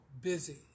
busy